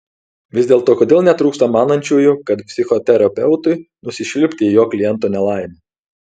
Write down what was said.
vis dėlto kodėl netrūksta manančiųjų kad psichoterapeutui nusišvilpti į jo kliento nelaimę